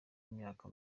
imyaka